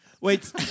Wait